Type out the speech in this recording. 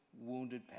wounded